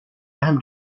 vähem